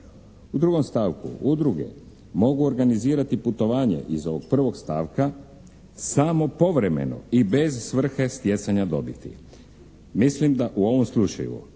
U drugom stavku udruge mogu organizirati putovanje iz ovog prvog stavka samo povremeno i bez svrhe stjecanja dobiti. Mislim da u ovom slučaju